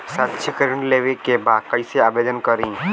शैक्षिक ऋण लेवे के बा कईसे आवेदन करी?